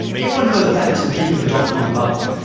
if one goes back to the peak of the dot-com bubble,